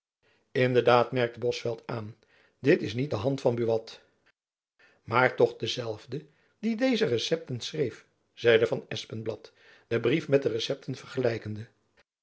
in de daad merkte bosveldt aan dit is niet de hand van buat maar toch dezelfde die deze recepten schreef zeide van espenblad den brief met de recepten vergelijkende